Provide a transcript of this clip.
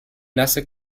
nasse